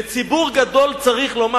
לציבור גדול צריך לומר,